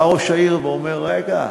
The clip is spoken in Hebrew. בא ראש העיר ואומר: רגע,